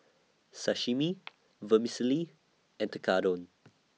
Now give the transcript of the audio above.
Sashimi Vermicelli and Tekkadon